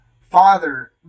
father